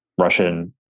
Russian